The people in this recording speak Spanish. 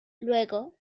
luego